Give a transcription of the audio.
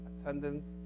Attendance